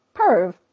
Perv